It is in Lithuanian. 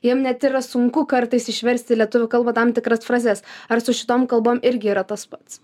jiems net yra sunku kartais išversti į lietuvių kalbą tam tikras frazes ar su šitom kalbom irgi yra tas pats